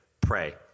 pray